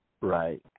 Right